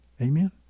Amen